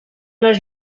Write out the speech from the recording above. les